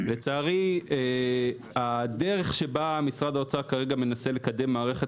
לצערי הדרך שבה משרד האוצר מנסה לקדם כרגע מערכת